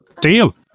Deal